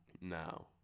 Now